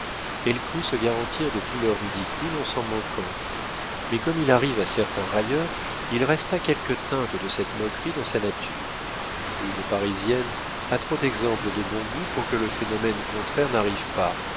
elle crut se garantir de tous leurs ridicules en s'en moquant mais comme il arrive à certains railleurs il resta quelques teintes de cette moquerie dans sa nature une parisienne a trop d'exemples de bon goût pour que le phénomène contraire n'arrive pas